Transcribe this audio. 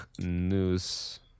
news